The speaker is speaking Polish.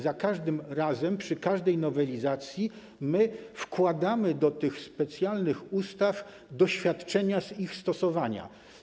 Za każdym razem, przy każdej nowelizacji uwzględniamy w tych specjalnych ustawach doświadczenia z ich stosowania.